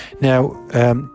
Now